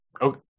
Okay